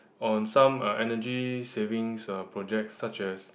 on some uh energy savings uh project such as